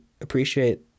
appreciate